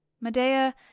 Medea